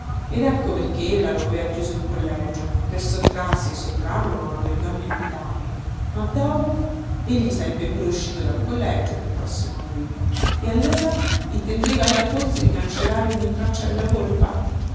ed ecco perché ella lo aveva chiuso in collegio per sottrarsi e sottrarlo a una vergogna inevitabile ma dopo egli sarebbe pure uscito dal collegio nel prossimo luglio e allora intendeva ella forse di cancellare ogni traccia della colpa